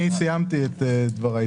סיימתי את דבריי.